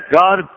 God